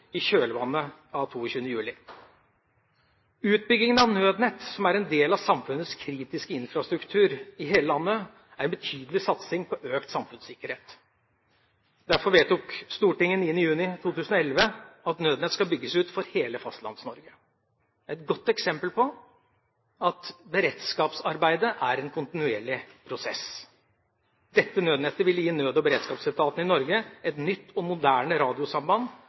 i kjølvannet av 22. juli. Utbyggingen av nødnett, som er en del av samfunnets kritiske infrastruktur i hele landet, er en betydelig satsing på økt samfunnssikkerhet. Derfor vedtok Stortinget 9. juni 2011 at nødnett skal bygges ut for hele Fastlands-Norge. Det er et godt eksempel på at beredskapsarbeidet er en kontinuerlig prosess. Dette nødnettet vil gi nød- og beredskapsetaten i Norge et nytt og moderne radiosamband